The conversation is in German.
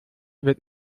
wird